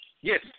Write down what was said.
Yes